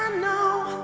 know